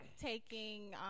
taking